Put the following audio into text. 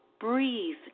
breathe